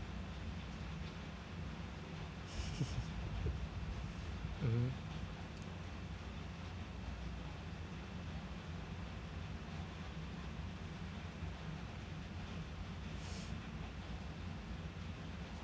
mmhmm